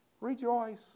Rejoice